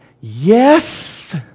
Yes